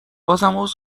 عذر